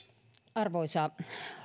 arvoisa